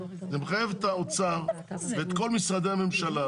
זה מחייב את האוצר ואת כל משרדי הממשלה.